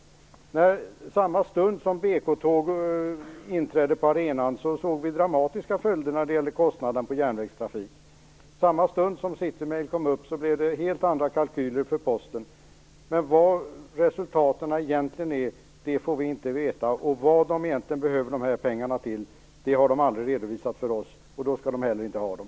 Samma stund som BK Tåg inträdde på arenan såg vi dramatiska följder när det gäller kostnaderna på järnvägstrafik. Samma stund som City Mail blev aktuellt blev det helt andra kalkyler för Posten. Men vilka resultaten egentligen är får vi inte veta, och vad de egentligen behöver de här pengarna till har de aldrig redovisat för oss. Då skall de heller inte ha dem.